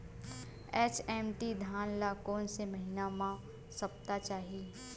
HMT धान ल कोन से महिना म सप्ता चाही?